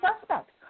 suspects